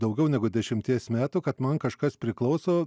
daugiau negu dešimties metų kad man kažkas priklauso